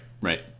right